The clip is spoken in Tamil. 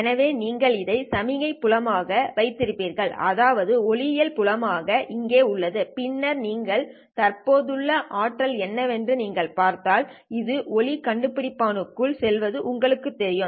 எனவே நீங்கள் இதை சமிக்ஞை புலம் ஆக வைத்திருப்பீர்கள் அதாவது ஒளியியல் புலம் ஆக இங்கே உள்ளது பின்னர் நீங்கள் தற்போதுள்ள ஆற்றல் என்னவென்று நீங்கள் பார்த்தால் இது ஒளி கண்டுபிடிப்பான்க்குள் செல்வது உங்களுக்குத் தெரியும்